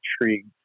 intrigued